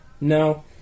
No